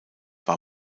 war